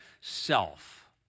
self